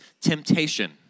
temptation